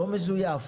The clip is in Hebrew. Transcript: לא מזויף